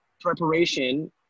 preparation